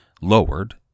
lowered